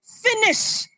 finish